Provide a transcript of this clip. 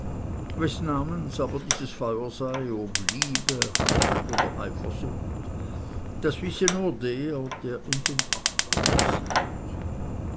aber dieses feuer sei ob liebe haß oder eifersucht das wisse nur der der in den abgrund sieht